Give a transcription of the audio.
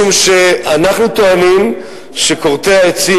משום שאנחנו טוענים שכורתי העצים,